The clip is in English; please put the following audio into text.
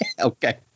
Okay